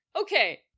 Okay